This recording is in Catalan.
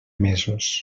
mesos